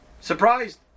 Surprised